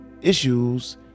issues